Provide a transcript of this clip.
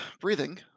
Breathing